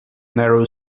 narrow